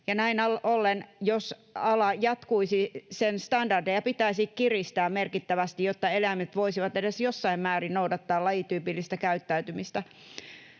näin ollen, jos ala jatkuisi, sen standardeja pitäisi kiristää merkittävästi, jotta eläimet voisivat edes jossain määrin noudattaa lajityypillistä käyttäytymistä.